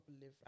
live